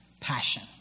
passion